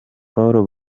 paul